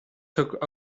took